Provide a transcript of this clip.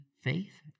faith